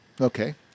Okay